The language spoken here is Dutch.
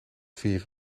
vier